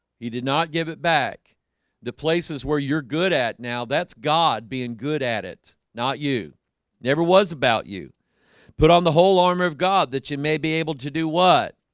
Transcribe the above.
he did not give it back the places where you're good at now. that's god being good at it not you never was about you put on the whole armor of god that you may be able to do what?